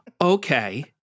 Okay